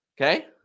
Okay